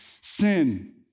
sin